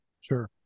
Sure